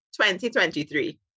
2023